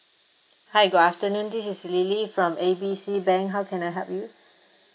hi good afternoon this is lily from A B C bank how can I help you